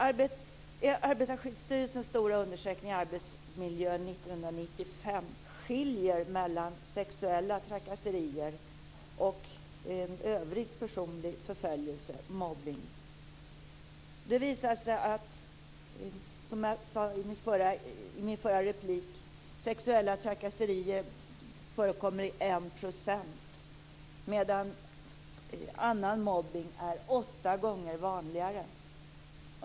I Arbetarskyddsstyrelsens stora undersökning Arbetsmiljö 1995 skiljer man mellan sexuella trakasserier och övrig personlig förföljelse, mobbning. Som jag sade i min förra replik anges sexuella trakasserier i 1 % av svaren, medan annan mobbning är åtta gånger vanligare.